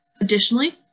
Additionally